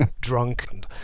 drunk